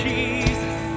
Jesus